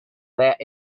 that